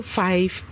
five